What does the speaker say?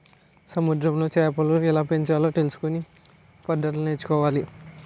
సముద్రములో చేపలను ఎలాపెంచాలో తెలుసుకొనే పద్దతులను నేర్చుకోవాలి